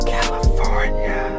California